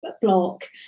block